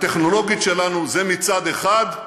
הטכנולוגית שלנו, זה מצד אחד.